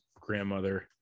grandmother